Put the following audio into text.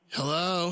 Hello